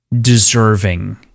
deserving